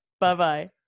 Bye-bye